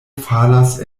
falas